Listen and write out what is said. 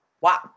Wow